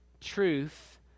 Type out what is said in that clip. truth